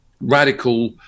radical